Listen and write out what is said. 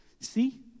See